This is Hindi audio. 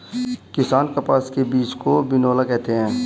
किसान कपास के बीज को बिनौला कहते है